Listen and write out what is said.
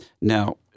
Now